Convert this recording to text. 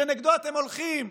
שנגדו אתם הולכים,